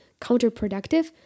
counterproductive